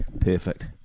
perfect